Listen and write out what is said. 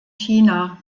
china